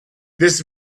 this